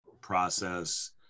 process